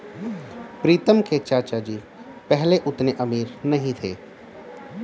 प्रीतम के चाचा जी पहले उतने अमीर नहीं थे